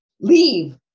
leave